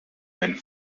and